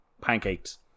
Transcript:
Pancakes